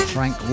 Frank